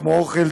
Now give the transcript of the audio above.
כמו אוכל,